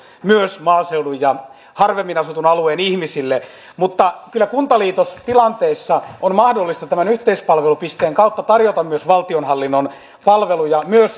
myös maaseudun ja harvemmin asutun alueen ihmisille mutta kyllä kuntaliitostilanteissa on mahdollista yhteispalvelupisteen kautta tarjota valtionhallinnon palveluja myös